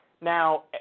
Now